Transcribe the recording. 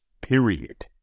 period